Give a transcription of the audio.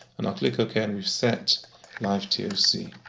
and i'll click ok, and we've set livetoc!